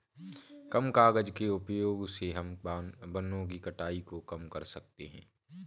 कम कागज़ के उपयोग से हम वनो की कटाई को कम कर सकते है